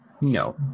no